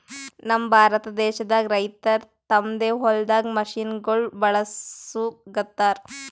ನಮ್ ಭಾರತ ದೇಶದಾಗ್ ರೈತರ್ ತಮ್ಮ್ ಹೊಲ್ದಾಗ್ ಮಷಿನಗೋಳ್ ಬಳಸುಗತ್ತರ್